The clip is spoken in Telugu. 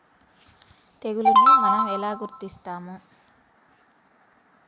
తెగులుని మనం ఎలా గుర్తిస్తాము?